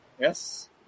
Yes